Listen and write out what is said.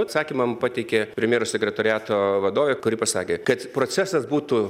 atsakymą man pateikė premjero sekretoriato vadovė kuri pasakė kad procesas būtų